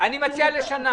אני מציע לשנה.